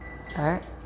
Start